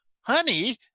honey